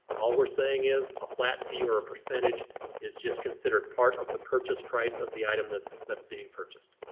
all we're saying is a flat fee or a percentage is just considered considered part of the purchase price of the item that's that's being purchased.